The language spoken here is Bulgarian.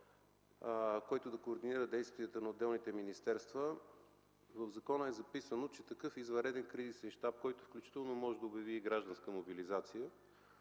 който да координира действията на отделните министерства. В закона е записано, че такъв извънреден кризисен щаб, който включително може да обяви и гражданска мобилизация